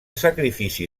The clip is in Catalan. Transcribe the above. sacrifici